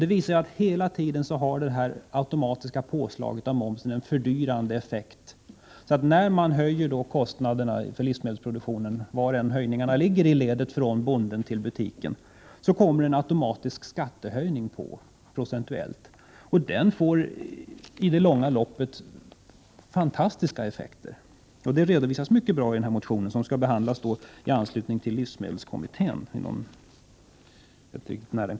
Det visar att det automatiska påslaget av moms har fördyrande effekt. När man höjer kostnaderna för livsmedelsproduktionen, oavsett var höjningen ligger i ledet från bonden till butiken, tillkommer en automatisk procentuell skattehöjning, och den får i det långa loppet fantastiska effekter. Detta redovisas mycket bra i denna motion, som skall behandlas i anslutning till livsmedelskommitténs förslag.